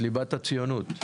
את ליבת הציונות.